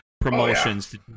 promotions